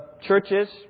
churches